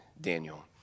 Daniel